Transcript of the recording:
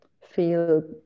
feel